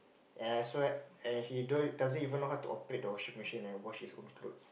and I swear and he don't doesn't even know how to operate the washing machine and wash his own clothes